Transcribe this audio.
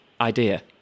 idea